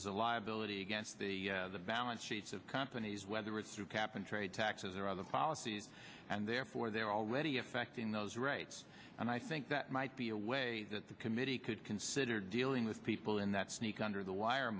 as a liability against the balance sheets of companies whether it's through cap and trade taxes or other policies and therefore they're already affecting those rights and i think that might be a way that the committee could consider dealing with people in that sneak under the wire